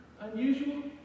unusual